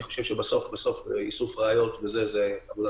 אני חושב שבסוף איסוף ראיות זו עבודת משטרה.